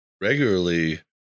regularly